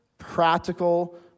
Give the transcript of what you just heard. practical